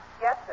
Yes